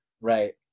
Right